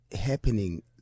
happening